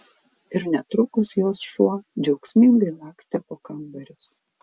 ir netrukus jos šuo džiaugsmingai lakstė po kambarius